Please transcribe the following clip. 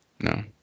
No